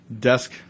desk